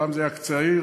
פעם זה היה קצה העיר,